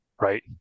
right